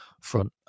front